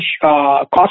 cost